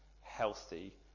healthy